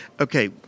Okay